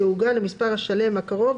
יעוגל למספר השלם הקרוב,